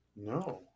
No